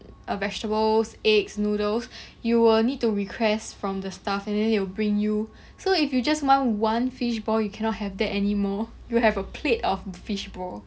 uh vegetables eggs noodles you will need to request from the staff and then they'll bring you so if you just want one fish ball you cannot have that anymore you have a plate of fishball